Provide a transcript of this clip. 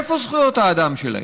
איפה זכויות האדם שלהם?